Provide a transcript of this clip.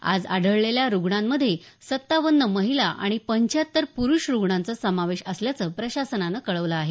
आज आढळलेल्या रुग्णांमध्ये सत्तावन्न महिला आणि पंच्च्याहत्तर प्रुष रुग्णांचा समावेश असल्याच प्रशासनान कळवलं आहे